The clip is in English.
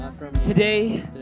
Today